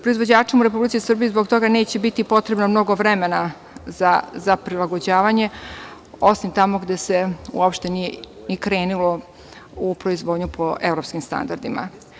Proizvođačima u Republici Srbiji zbog toga neće biti potrebno mnogo vremena za prilagođavanje, osim tamo gde se uopšte nije ni krenulo u proizvodnju po evropskim standardima.